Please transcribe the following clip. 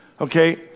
okay